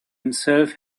himself